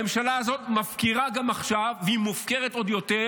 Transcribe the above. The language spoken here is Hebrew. הממשלה הזאת מפקירה גם עכשיו והיא מופקרת עוד יותר,